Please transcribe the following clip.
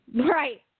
Right